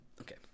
Okay